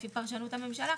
לפי פרשנות הממשלה,